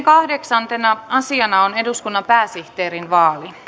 kahdeksantena asiana on eduskunnan pääsihteerin vaali